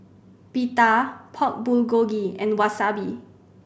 Pita Pork Bulgogi and Wasabi